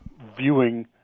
viewing